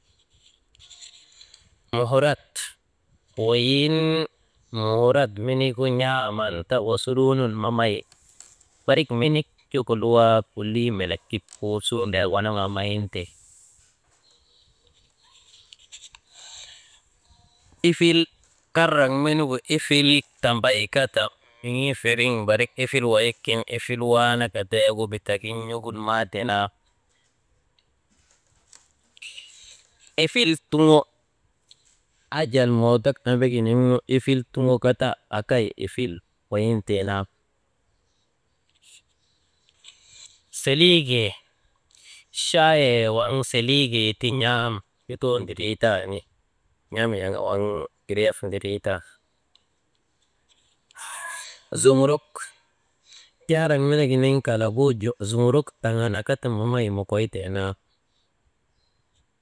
Muhurat, weyiŋ muhurat menigu n̰aaman ta osuruu nun mamay barik menik tik luwaa kulii melek ti kuu suŋ wanaŋaa mayinte. Ifil karak menigu ifil tambay ka ti miŋi feriŋ barik ifil wayikgin ifil waanaka deegu bitagin maatee naa. Ifil tuŋo ajal mootok emeginiŋnu ifil tuŋo ka ta akay ifil wayintee naa. Seliigee chaayee waŋ seliige ti n̰am lutoo ndiriitani n̰am yaŋa waŋ giriyaf ndiriitan zumuruk jaarak menigi niŋ kalagu zumuruk taŋana ka ti mamay mokoy tee naa.